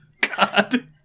God